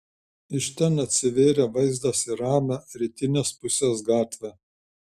iš ten atsivėrė vaizdas į ramią rytinės pusės gatvę